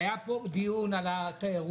היה פה דיון על התיירות.